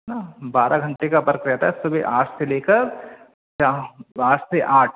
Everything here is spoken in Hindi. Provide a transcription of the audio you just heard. है ना बारह घंटे का बर्क रहता है सुबह आठ से ले कर शाम रात के आठ